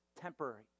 temporary